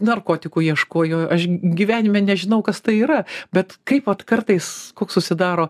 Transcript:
narkotikų ieškojo aš gyvenime nežinau kas tai yra bet kaip vat kartais koks susidaro